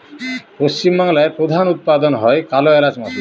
পশ্চিম বাংলায় প্রধান উৎপাদন হয় কালো এলাচ মসলা